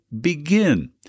begin